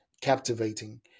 captivating